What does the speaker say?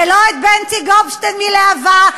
ולא את בנצי גופשטיין מלהב"ה,